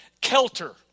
Kelter